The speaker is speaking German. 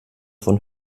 von